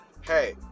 hey